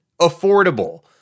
affordable